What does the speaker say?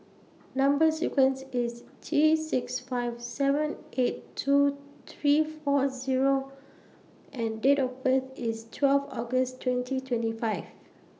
Number sequence IS T six five seven eight two three four Zero and Date of birth IS twelve August twenty twenty five